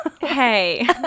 hey